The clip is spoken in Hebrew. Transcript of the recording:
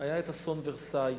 היה אסון "אולמי ורסאי",